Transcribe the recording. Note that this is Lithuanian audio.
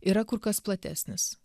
yra kur kas platesnis